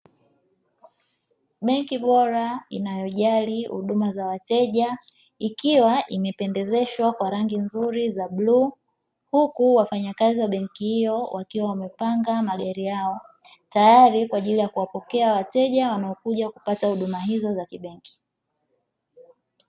Benki bora inayojali huduma za wateja ikiwa imependezeshwa kwa rangi nzuri za bluu, huku wafanyakazi wa benki hiyo wakiwa wamepanga magari yao tayati kwajili ya kuwapokea wateja wanaokuj kupokea huduma hizo za kibenki.